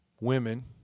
women